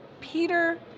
Peter